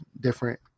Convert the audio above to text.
different